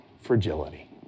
fragility